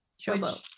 showboat